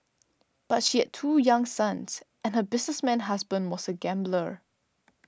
but she had two young sons and her businessman husband was a gambler